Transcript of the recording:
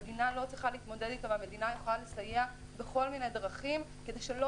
המדינה יכולה לסייע בכל מיני דרכים כדי שלא